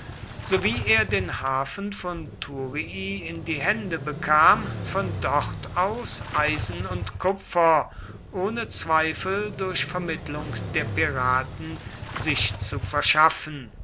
sowie er den hafen von thurii in die hände bekam von dort aus eisen und kupfer ohne zweifel durch vermittlung der piraten sich zu verschaffen